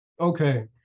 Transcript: Okay